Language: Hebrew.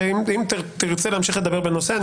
ואם תרצה להמשיך לדבר בנושא,